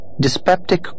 dyspeptic